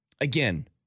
Again